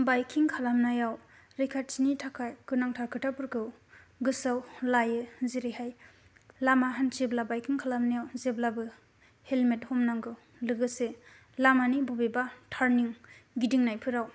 बाइकिं खालामनायाव रैखाथिनि थाखाय गोनांथार खोथाफोरखौ गोसोआव लायो जोरैहाय लामा हान्थियोब्ला बाइकिं खालामनायाव जेब्लाबो हेलमेट हमनांगौ लोगोसे लामानि बबेबा तार्निं गिदिंनायफोराव